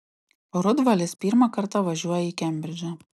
rudvalis pirmą kartą važiuoja į kembridžą